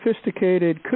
sophisticated